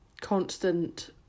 constant